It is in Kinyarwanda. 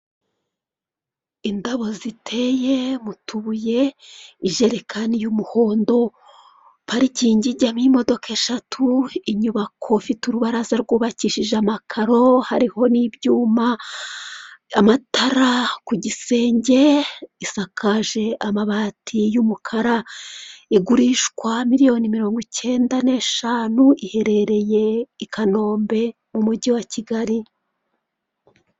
indabo ziteye mu tubuye, ijerekani y'umuhondo, parikingi ijyamo imodoka eshatu, inyubako ifite urubaraza rwubakishije amakaro hariho n'ibyuma, amatara ku gisenge isakaje amabati y'umukara, igurishwa miliyoni mirongo ikenda n'eshanu iherereye i kanombe mu mujyi wa kigali.